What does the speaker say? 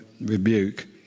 rebuke